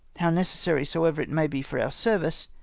how necessary soever it may be for our service,